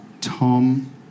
Tom